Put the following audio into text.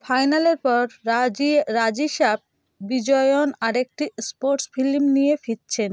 ফাইনালের পর রাজি রাজিশা বিজয়ন আরেকটি স্পোর্টস ফিলিম নিয়ে ফিরছেন